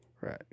Right